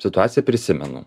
situaciją prisimenu